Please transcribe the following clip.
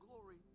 glory